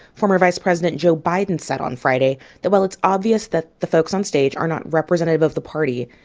former vice president joe biden said on friday that while it's obvious that the folks on stage are not representative of the party,